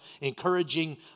encouraging